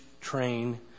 train